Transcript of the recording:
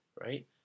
right